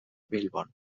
bilbon